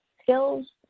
skills